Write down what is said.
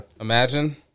Imagine